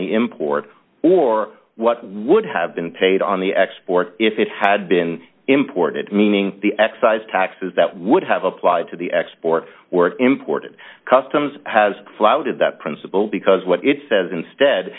the import or what would have been paid on the export if it had been imported meaning the excise taxes that would have applied to the export were imported customs has flouted that principle because what it says instead